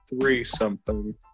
three-something